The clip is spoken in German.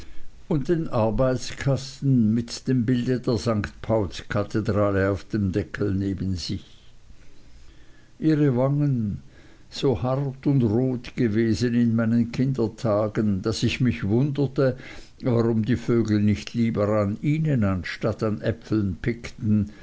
und dem arbeitskasten mit dem bilde der st paulskirche auf dem deckel neben sich ihre wangen so hart und rot gewesen in meinen kindertagen daß ich mich wunderte warum die vögel nicht lieber an ihnen anstatt an äpfeln pickten